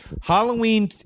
Halloween